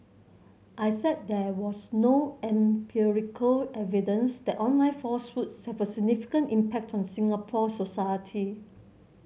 I said there was no empirical evidence that online falsehoods have a significant impact on Singapore society